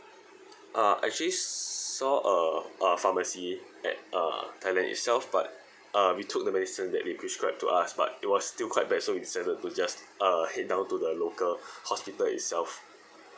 uh actually saw uh a pharmacy at uh thailand itself but uh we took the medicine that he prescribed to us but it was still quite bad so we decided to just uh head down to the local hospital itself